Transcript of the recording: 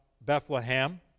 Bethlehem